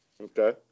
Okay